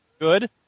good